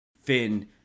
Finn